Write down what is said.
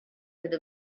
could